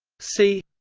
c